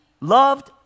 loved